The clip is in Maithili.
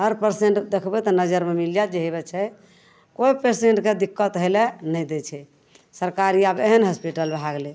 हर पेसेंट देखबय तऽ नजरिमे मिल जायत जे होबय छै कोइ पेसेन्टके दिक्कत होइ लए नहि दै छै सरकारी आब एहन हॉस्पिटल भए गेलै